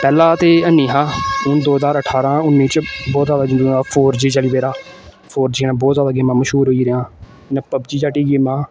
पैह्ला ते हैनी हा हून दो ज्हार अठारां उन्नी च बहुत जादा फोर जी चली पेदा फोर जी ने बहुत जादा गेमां मश्हूर होई गेइयां इ'यां पबजी हाटियां गेमां